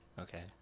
Okay